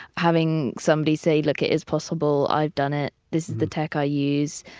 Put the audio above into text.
having somebody say look it is possible, i've done it, this is the tech i use,